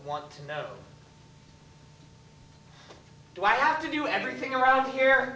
want to know why i have to do everything around here